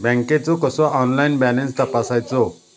बँकेचो कसो online balance तपासायचो?